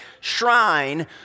shrine